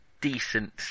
decent